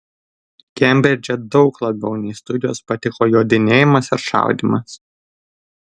kembridže daug labiau nei studijos patiko jodinėjimas ir šaudymas